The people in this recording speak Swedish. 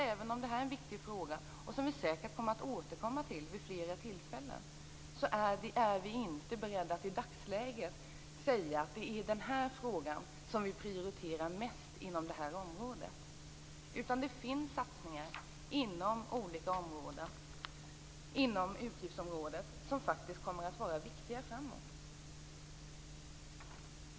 Även om det här är en viktigt fråga som vi säkert kommer att återkomma till vid flera tillfällen är vi i Vänsterpartiet inte beredda att i dagsläget prioritera den här frågan mest inom det här området. Det finns satsningar inom utgiftsområdet som faktiskt kommer att vara viktigare framöver. Fru talman!